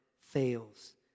fails